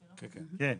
כן,